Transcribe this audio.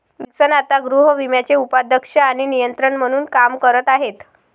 Wilson आता गृहविम्याचे उपाध्यक्ष आणि नियंत्रक म्हणून काम करत आहेत